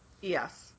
Yes